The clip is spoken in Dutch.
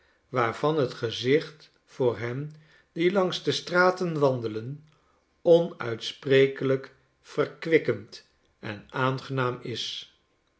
waarvan het gezicht voor hen die langs de straten wandelen onuitsprekelijk verkwikkend en aangenaam is